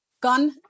gun